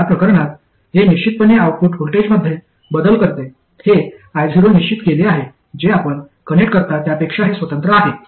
या प्रकरणात हे निश्चितपणे आउटपुट व्होल्टेजमध्ये बदल करते हे io निश्चित केले आहे जे आपण कनेक्ट करता त्यापेक्षा हे स्वतंत्र आहे